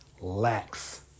lacks